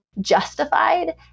justified